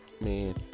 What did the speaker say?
man